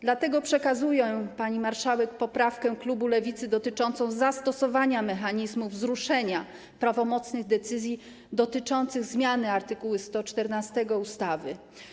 Dlatego przekazuję pani marszałek poprawkę klubu Lewicy dotyczącą zastosowania mechanizmu wzruszenia prawomocnych decyzji dotyczących zmiany art. 114 ustawy.